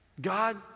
God